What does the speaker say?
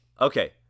okay